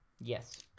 Yes